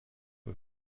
eux